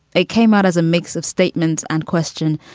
it came out as a mix of statements and question,